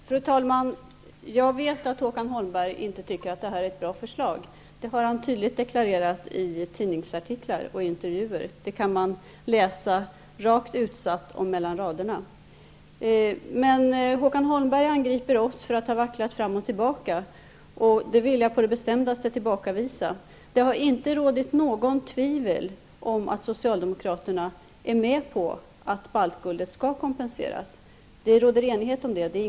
Fru talman! Jag vet att Håkan Holmberg inte tycker att det här är ett bra förslag. Det har han tydligt deklarerat i tidningsartiklar och intervjuer, och det går att läsa rakt utskrivet och mellan raderna. Håkan Holmberg angriper oss för att ha vacklat fram och tillbaka. Det vill jag på det bestämdaste tillbakavisa. Det har inte rått några tvivel om att Socialdemokraterna är med på att baltguldet skall kompenseras, och det är alltså inte någon stridsfråga.